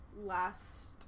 last